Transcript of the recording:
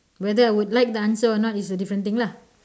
whether I would like the answer or not it's a different thing lah